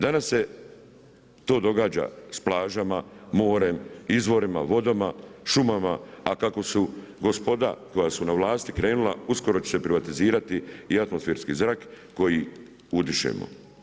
Danas se to događa sa plažama, morem, izvorima, vodama, šumama a kako su gospoda koja su na vlasti krenula, uskoro će se privatizirati i atmosferski zrak koji udišemo.